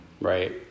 right